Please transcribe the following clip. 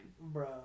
Bro